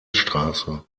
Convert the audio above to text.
straße